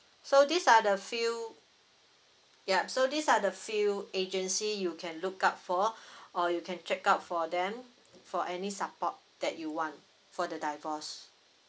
so these are the few yup so these are the few agency you can look up for or you can check out for them for any support that you want for the divorce